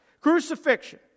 Crucifixion